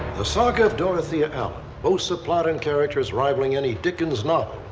the saga of dorothea allen, boasts a plot and characters rivaling any dickens novel.